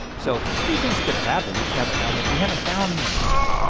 so these things could have happened, we just haven't found that. we haven't found them yet.